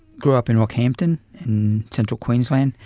grew up in rockhampton in central queensland,